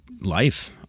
life